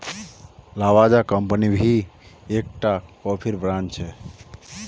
Lavazza company भी एक टा कोफीर ब्रांड छे